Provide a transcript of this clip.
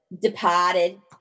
Departed